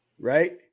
right